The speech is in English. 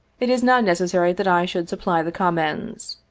it is not necessary that i should supply the comments.